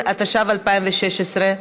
התשע"ו 2016,